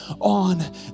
on